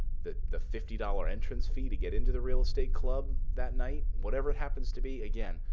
the the fifty dollars entrance fee to get into the real estate club that night, whatever it happens to be. again,